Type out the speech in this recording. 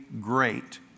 great